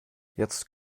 jetzt